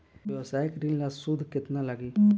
व्यवसाय ऋण ला सूद केतना लागी?